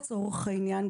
לצורך העניין,